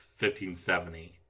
1570